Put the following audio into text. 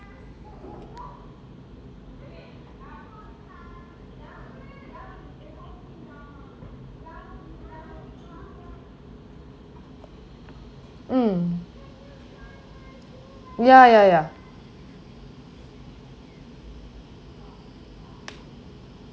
mm ya ya ya